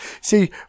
see